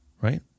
right